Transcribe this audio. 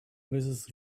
mrs